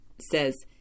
says